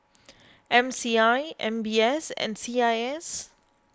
M C I M B S and C I S